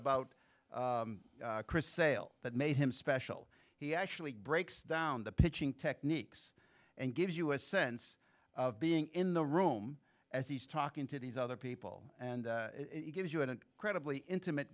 about chris sale that made him special he actually breaks down the pitching techniques and gives you a sense of being in the room as he's talking to these other people and it gives you an incredibly intimate